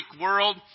world